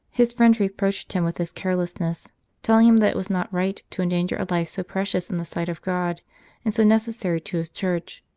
his friends reproached him with this careless ness, telling him that it was not right to endanger a life so precious in the sight of god and so necessary to his church,